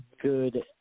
good